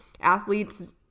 athletes